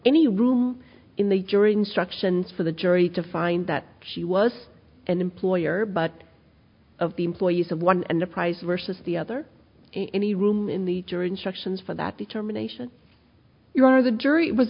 any room in the jury instructions for the jury to find that she was an employer but of the employees of one and the price versus the other any room in the jury instructions for that determination your honor the jury was